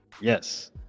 Yes